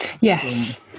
Yes